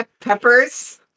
peppers